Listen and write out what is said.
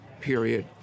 period